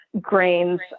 grains